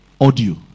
Audio